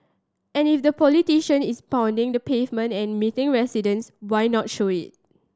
and if the politician is pounding the pavement and meeting residents why not show it